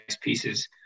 pieces